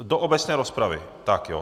Do obecné rozpravy, tak ano.